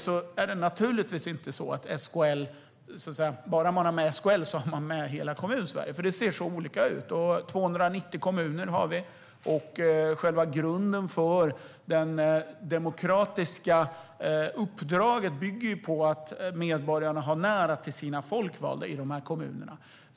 Bara för att man har med SKL har man inte med hela Kommunsverige, för det ser så olika ut. Vi har 290 kommuner. Själva grunden för det demokratiska uppdraget bygger ju på att medborgarna har nära till sina folkvalda i dessa kommuner.